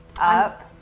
up